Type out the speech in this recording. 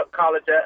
college